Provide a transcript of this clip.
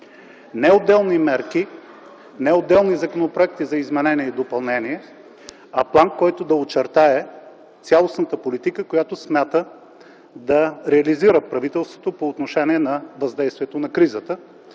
Не отделни мерки, не отделни законопроекти за изменение и допълнение, а план, който да очертае цялостната политика, която смята да реализира правителството по отношение на въздействието на кризата.